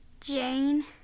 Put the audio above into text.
Jane